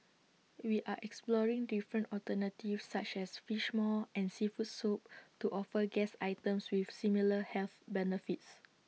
we are exploring different alternatives such as Fish Maw and Seafood Soup to offer guests items with similar health benefits